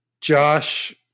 Josh